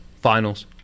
finals